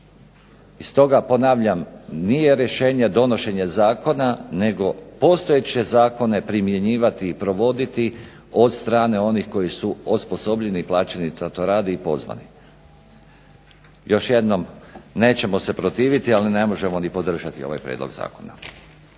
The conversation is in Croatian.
I stoga ponavljam, nije rješenje donošenje zakona nego postojeće zakone primjenjivati i provoditi od strane onih koji su osposobljeni i plaćeni da to rade i pozvani. Još jednom, nećemo se protiviti ali ne možemo ni podržati ovaj prijedlog zakona.